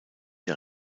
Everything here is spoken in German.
der